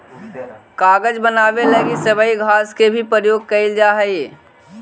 कागज बनावे लगी सबई घास के भी प्रयोग कईल जा हई